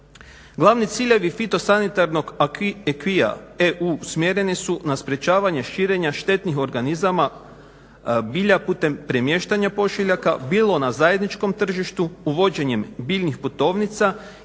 Glavni ciljevi fitosanitarnog acquisa EU usmjereni su na sprječavanje širenja štetnih organizama bilja putem premještanja pošiljaka bilo na zajedničkom tržištu uvođenjem biljnih putovnica i registra